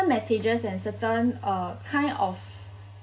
messages and certain uh kind of